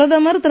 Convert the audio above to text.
பிரதமர் திரு